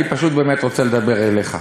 אני פשוט באמת רוצה לדבר אליך.